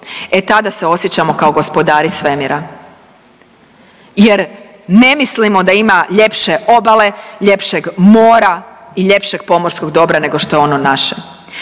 e tada se osjećamo kao gospodari svemira jer ne mislimo da ima ljepše obale, ljepšeg mora i ljepšeg pomorskog dobra nego što je ono naše